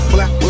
Black